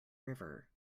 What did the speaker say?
river